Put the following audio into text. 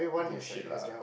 bullshit lah